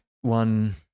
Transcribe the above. one